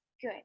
good